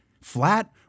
flat